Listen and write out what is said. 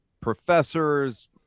Professors